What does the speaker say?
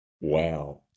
Wow